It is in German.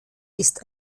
ist